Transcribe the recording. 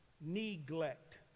neglect